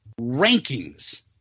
rankings